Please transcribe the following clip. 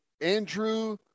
Andrew